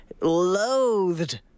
loathed